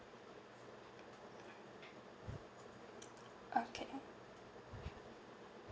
okay